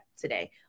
today